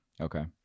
okay